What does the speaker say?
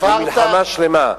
למלחמה שלמה.